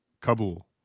Kabul